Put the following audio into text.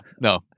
No